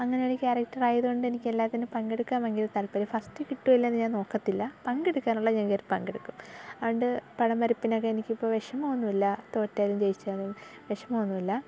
അങ്ങനെയൊരു ക്യാരക്റ്ററായതു കൊണ്ട് എനിക്ക് എല്ലാത്തിനും പങ്കെടുക്കാൻ ഭയങ്കര താൽപ്പര്യമാ ഫസ്റ്റ് കിട്ടുമോ ഇല്ലയോന്ന് ഞാൻ നോക്കത്തില്ല പങ്കെടുക്കാൻ ഉള്ളത് ഞാൻ കയറി പങ്കെടുക്കും അത്കൊണ്ട് പടം വരപ്പിനൊക്കെ എനിക്കിപ്പോൾ വിഷമമൊന്നുമില്ല തോറ്റാലും ജയിച്ചാലും വിഷമമൊന്നുമില്ല